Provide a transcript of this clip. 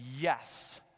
yes